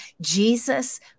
Jesus